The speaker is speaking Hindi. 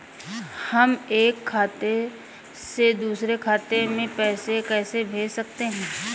हम एक खाते से दूसरे खाते में पैसे कैसे भेज सकते हैं?